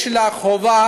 יש לה חובה